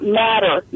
matter